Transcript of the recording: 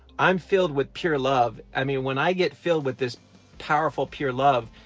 i'm filled with pure love, i mean, when i get filled with this powerful pure love,